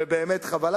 ובאמת חבל.